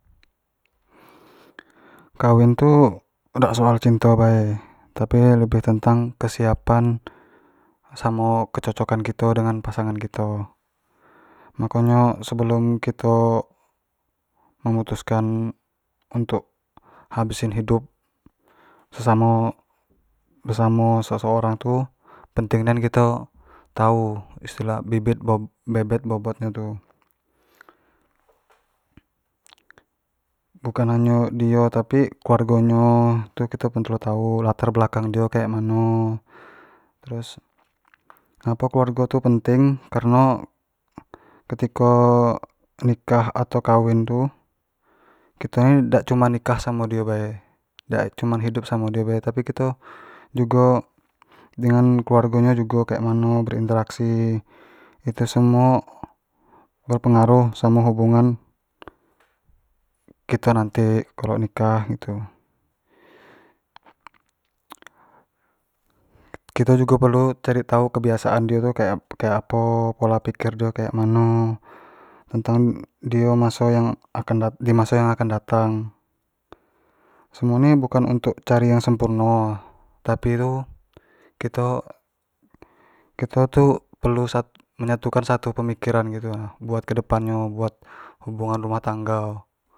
kawin tu dak soal cinto bae, tapi lebih tentang kesiapan samo kecocokan kito samo pasangan kiti, mako nyo sebelum kito memutuskan untuk habisin hidup, se- samo seseorang tu penting nian kito tau istilah nyo tu bibit, bebet, bobot nyo tu bukan hanyo dio tapi kelaurgo nyo itu pkito pelu tau latar belakang dio tu kayak gimano, terus ngapo keluargo tu penting kareno ketiko nikah atau kawin tu, kito ni dak cuman nikah samo dio bae, dak cuman hidup samo dio bae, tapi kito jugo dengan keluarrgo nyo jugo kek mano kito berinteraksi. itu semuo berpengaruh samo hubungan kito nanti kalo nikah gitu kito jugo perlu kebiasaan dio tu kayak apo, pola piker dio tu kayak mano, tentang dio maso yang akan di maso yang akan datang semuo ni bukan untuk cari yang sempurno, tapi tu kito, kito tu perlu menyatukan satu pemikiran gitu nah buat kedepan nyo buat hubungan rumah tango.